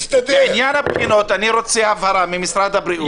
לעניין הבחינות אני רוצה הבהרה ממשרד הבריאות.